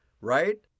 right